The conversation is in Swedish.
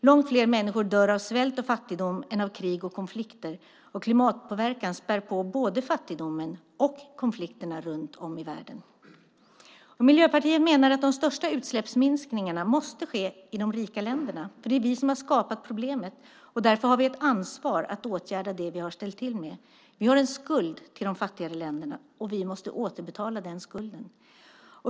Långt fler människor dör av svält och fattigdom än av krig och konflikter, och klimatpåverkan späder på både fattigdomen och konflikterna runt om i världen. Miljöpartiet menar att de största utsläppsminskningarna måste ske i de rika länderna, för det är vi som har skapat problemet. Därför har vi ett ansvar att åtgärda det vi har ställt till med. Vi har en skuld till de fattigare länderna, och vi måste återbetala den skulden.